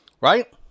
Right